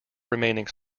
remaining